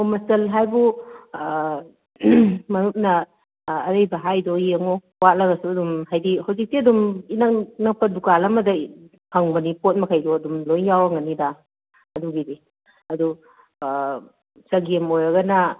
ꯃꯆꯜ ꯍꯥꯏꯕꯨ ꯃꯔꯨꯞꯅ ꯑꯔꯤꯕ ꯍꯥꯏꯗꯣ ꯌꯦꯡꯉꯣ ꯋꯥꯠꯂꯒꯁꯨ ꯑꯗꯨꯝ ꯍꯥꯏꯗꯤ ꯍꯧꯖꯤꯛꯇꯤ ꯑꯗꯨꯝ ꯏꯅꯛ ꯅꯛꯄ ꯗꯨꯀꯥꯟ ꯑꯃꯗ ꯐꯪꯕꯅꯤ ꯄꯣꯠ ꯃꯈꯩꯗꯣ ꯑꯗꯨꯝ ꯂꯣꯏ ꯌꯥꯎꯔꯝꯒꯅꯤꯗ ꯑꯗꯨꯒꯤꯗꯤ ꯑꯗꯣ ꯆꯒꯦꯝ ꯑꯣꯏꯔꯒꯅ